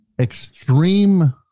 Extreme